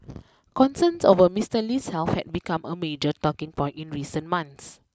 concerns over Mister Lee's health had become a major talking point in recent months